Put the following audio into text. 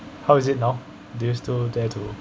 how is it now do you still dare to